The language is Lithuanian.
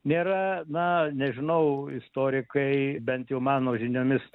nėra na nežinau istorikai bent jau mano žiniomis